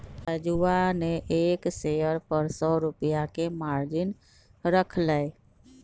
राजूवा ने एक शेयर पर सौ रुपया के मार्जिन रख लय